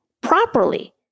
properly